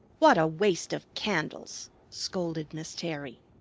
what a waste of candles! scolded miss terry.